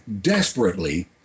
desperately